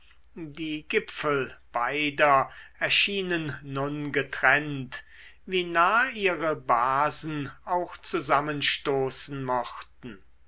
die gipfel beider erschienen nun getrennt wie nah ihre basen auch zusammenstoßen mochten